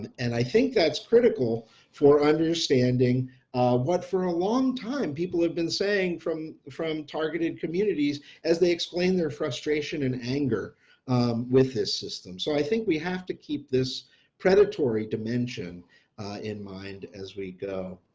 and and i think that's critical for understanding what for a long time people have been saying from from targeted communities as they explain their frustration and anger with this system, so i think we have to keep this predatory dimension in mind as we go.